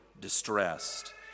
distressed